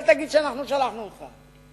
אל תגיד שאנחנו שלחנו אותך.